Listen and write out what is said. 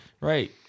right